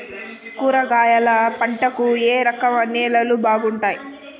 కూరగాయల పంటలకు ఏ రకం నేలలు బాగుంటాయి?